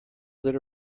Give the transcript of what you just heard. slid